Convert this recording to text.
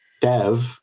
dev